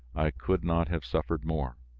i could not have suffered more.